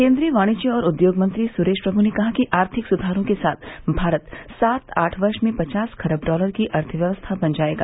केन्द्रीय वाणिज्य और उद्योग मंत्री सुरेश प्रमु ने कहा है कि आर्थिक सुधारों के साथ भारत सात आठ वर्ष में पचास खरब डालर की अर्थव्यवस्था बन जायेगा